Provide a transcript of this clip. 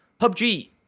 PUBG